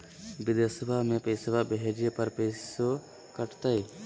बिदेशवा मे पैसवा भेजे पर पैसों कट तय?